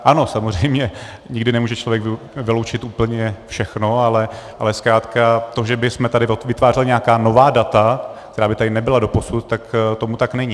Ano, samozřejmě nikdy nemůže člověk vyloučit úplně všechno, ale zkrátka to, že bychom tady vytvářeli nějaká nová data, která by tady nebyla doposud, tak tomu tak není.